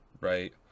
right